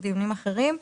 דיונים אחרים.